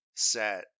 Set